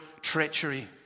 treachery